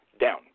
down